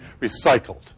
recycled